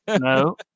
No